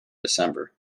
december